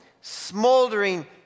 smoldering